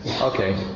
Okay